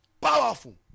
powerful